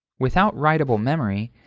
without writable memory,